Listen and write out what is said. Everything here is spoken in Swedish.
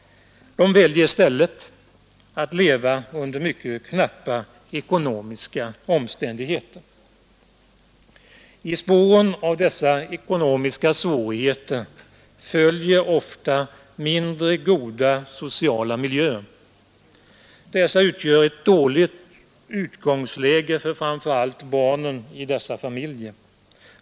De väljer i stället att leva under mycket knappa ekonomiska omständigheter. I spåren av dessa ekonomiska svårigheter följer ofta mindre goda sociala miljöer. Dessa utgör ett dåligt utgångsläge för framför allt barnen i dessa familjer.